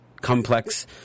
complex